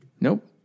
nope